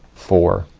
four,